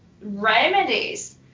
remedies